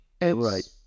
right